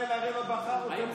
דרך אגב, הרי עם ישראל לא בחר אותו.